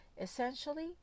Essentially